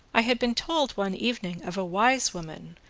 i had been told one evening of a wise woman,